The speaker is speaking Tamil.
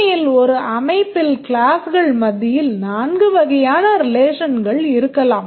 உண்மையில் ஒரு அமைப்பில் கிளாஸ்கள் மத்தியில் 4 வகையான relationகள் இருக்கலாம்